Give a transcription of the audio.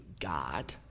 God